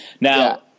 Now